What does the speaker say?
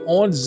on